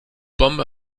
bombe